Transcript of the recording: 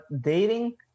dating